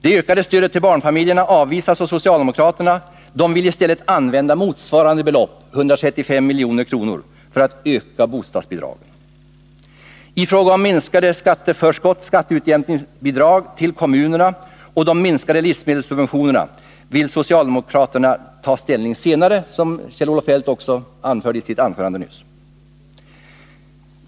Det ökade stödet till barnfamiljerna avvisas av socialdemokraterna, som i stället vill använda motsvarande belopp, 135 milj.kr., för att öka bostadsbidragen. I fråga om minskade skatteförskott och skatteutjämningsbidrag till kommunerna och de minskade livsmedelssubventionerna vill socialdemokraterna ta ställning senare, som Kjell-Olof Feldt sade i sitt anförande nyss.